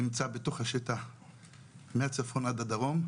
נמצא בתוך השטח מהצפון עד הדרום,